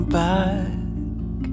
back